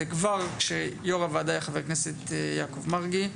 כבר שיו"ר הוועדה היה חבר הכנסת יעקב מרגי,